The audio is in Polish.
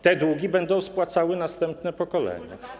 Te długi będą spłacały następne pokolenia.